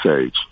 age